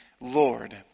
Lord